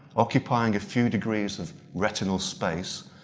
occupying a few degrees of retinal space,